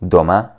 Doma